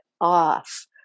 off